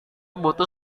butuh